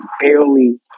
barely